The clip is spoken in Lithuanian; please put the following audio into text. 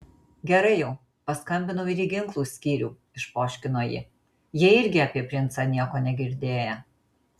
gerai jau paskambinau ir į ginklų skyrių išpoškino ji jie irgi apie princą nieko negirdėję